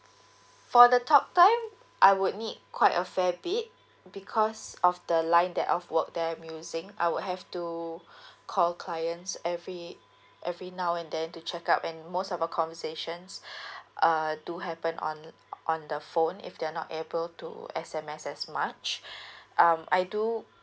for the talk time I would need quite a fair bit because of the line that of work that I'm using I would have to call clients every every now and then to check up and most of the conversations err do happen on on the phone if they're not able to S_M_S as much um I do